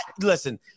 Listen